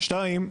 שתיים,